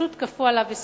ופשוט כפו עליו הסכם.